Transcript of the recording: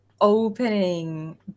opening